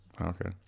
Okay